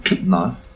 No